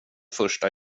första